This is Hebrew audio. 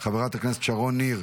חברת הכנסת שרון ניר,